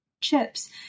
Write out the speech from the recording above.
chips